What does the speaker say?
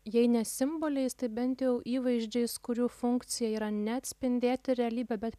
jei ne simboliais tai bent jau įvaizdžiais kurių funkcija yra ne atspindėti realybę bet